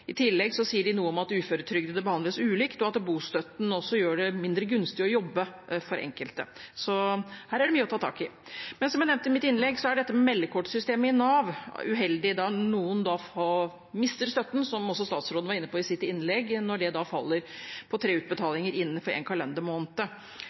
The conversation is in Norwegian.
I tillegg sier de noe om at uføretrygdede behandles ulikt, og at bostøtten også gjør det mindre gunstig å jobbe for enkelte. Så her er det mye å ta tak i. Men som jeg nevnte i mitt innlegg, er dette med meldekortsystemet i Nav uheldig, da noen da mister støtten – som også statsråden var inne på i sitt innlegg – når det faller på tre